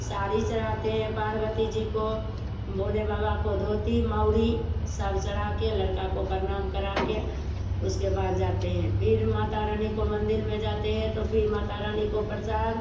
साड़ी चढ़ाते हैं पार्वती जी को भोले बाबा को धोती मौली सब चढ़ाकर लड़का को प्रणाम करा के उसके बाद जाते हैं फिर माता रानी को मंदिर में जाते हैं तो फिर माता रानी को प्रसाद